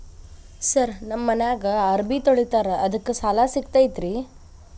Sir ನಮ್ಮ ಮನ್ಯಾಗ ಅರಬಿ ತೊಳಿತಾರ ಅದಕ್ಕೆ ಸಾಲ ಸಿಗತೈತ ರಿ?